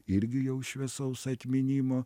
irgi jau šviesaus atminimo